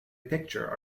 picture